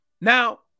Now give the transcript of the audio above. Now